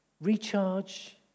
recharge